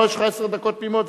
לא,